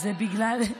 זה בגלל,